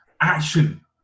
action